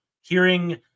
hearing